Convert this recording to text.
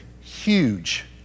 huge